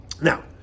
Now